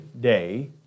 day